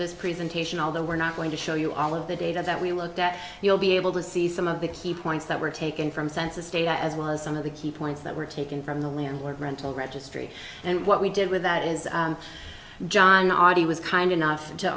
this presentation although we're not going to show you all of the data that we looked at we'll be able to see some of the key points that were taken from census data as well as some of the key points that were taken from the landlord rental registry and what we did with that is john oddie was kind enough to